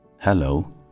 Hello